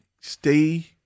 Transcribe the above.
stay